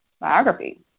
biography